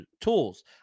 tools